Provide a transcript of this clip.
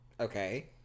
Okay